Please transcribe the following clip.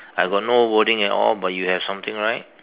I got no wording at all but you have something right